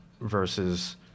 versus